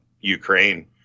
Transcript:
ukraine